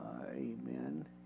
amen